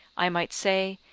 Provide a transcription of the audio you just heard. i might say,